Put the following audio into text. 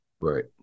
Right